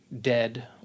dead